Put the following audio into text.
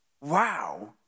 Wow